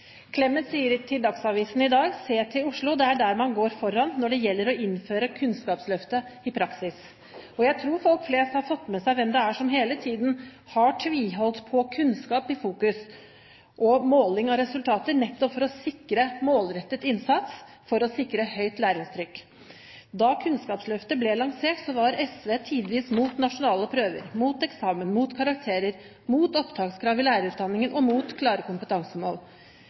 Clemet sier til Dagsavisen i dag: Se til Oslo, det er der man går foran når det gjelder å innføre Kunnskapsløftet i praksis. Jeg tror folk flest har fått med seg hvem det er som hele tiden har tviholdt på kunnskap i fokus og måling av resultater, nettopp for å sikre målrettet innsats for å sikre høyt læringstrykk. Da Kunnskapsløftet ble lansert, var SV tidvis mot nasjonale prøver, mot eksamen, mot karakterer, mot opptakskrav i lærerutdanningen og mot klare kompetansemål.